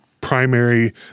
primary